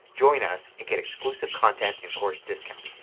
join us and get exclusive content and course discounts.